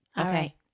Okay